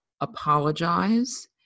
apologize